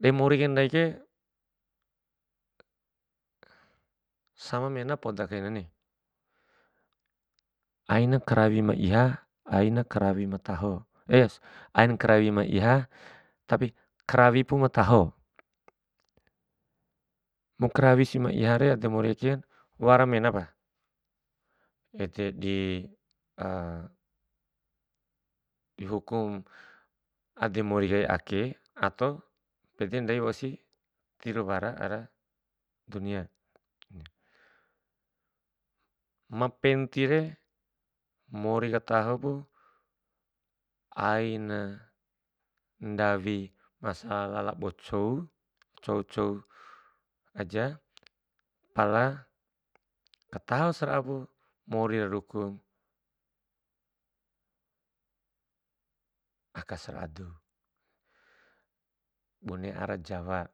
De mori kai ndaike, sama mena poda kainani, ain karawi ma iha, ain krawi mataho ain krawima ma iha tapi krawipu ma taho. Mu karawi si ma ihare ade mori ede, wara menapa ede di di hukum ade mori kai ake ato pede ndai wausi tir wara ara dunia. Ma pentire mori katahupu, aina ndawi masalah labo cou- cou- cou aja, pala kataho sera'apu mori ra ruku. Aka sera'a dou, bune ara jawa,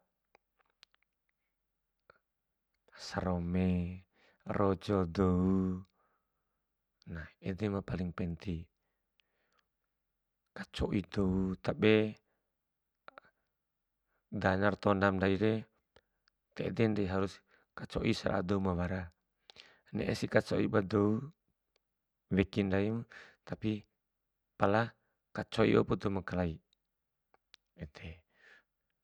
sarome, rojo dou, na ede ma paling penti, kacoi dou, tabe dana ra tondam ndaire, ta ede nda'i harus, kaco'i sera'a dou ma wara. Ne'esi ka coi ba dou weki ndaim tapi, pala kaco'i wau dou ma kalai, ede.